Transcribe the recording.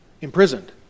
Imprisoned